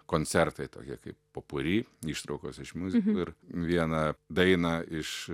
koncertai tokie kaip popuri ištraukos iš miuziklų ir vieną dainą iš